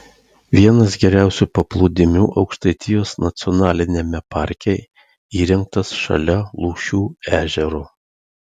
vienas geriausių paplūdimių aukštaitijos nacionaliniame parke įrengtas šalia lūšių ežero